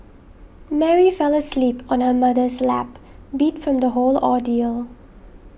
Mary fell asleep on her mother's lap beat from the whole ordeal